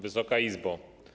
Wysoka Izbo!